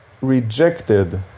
rejected